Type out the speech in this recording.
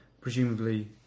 presumably